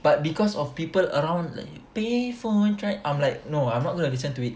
but because of people around like payphone try~ I'm like no I'm not gonna listen to it